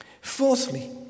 Fourthly